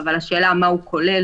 אבל השאלה מה הוא כולל,